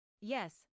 Yes